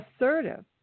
assertive